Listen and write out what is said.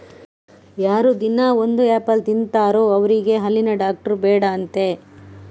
ಯಾರು ದಿನಾ ಒಂದು ಆಪಲ್ ತಿಂತಾರೋ ಅವ್ರಿಗೆ ಹಲ್ಲಿನ ಡಾಕ್ಟ್ರು ಬೇಡ ಅಂತೆ